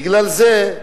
בגלל זה,